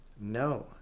no